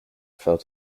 fell